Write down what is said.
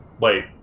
Wait